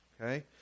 okay